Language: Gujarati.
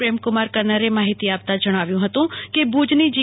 પ્રેમકુમાર કન્નરે માહિતી આપતા જણાવ્યુ હતુ કે ભુજની જી